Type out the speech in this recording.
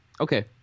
okay